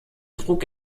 trug